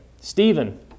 Stephen